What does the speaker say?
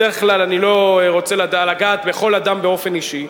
בדרך כלל אני לא רוצה לגעת בכל אדם באופן אישי,